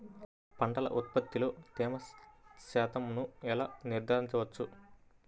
పంటల ఉత్పత్తిలో తేమ శాతంను ఎలా నిర్ధారించవచ్చు?